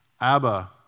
Abba